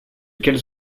quels